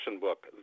book